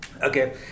okay